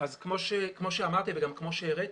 כמו שאמרתי וגם כמו שהראיתי,